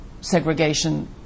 segregation